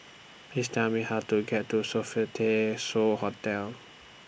Please Tell Me How to get to Sofitel So Hotel